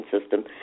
system